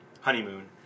honeymoon